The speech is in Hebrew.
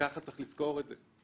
ככה צריך לזכור את זה.